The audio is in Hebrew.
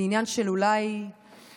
זה עניין של אולי ימים,